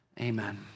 Amen